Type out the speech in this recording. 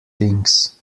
things